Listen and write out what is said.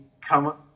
come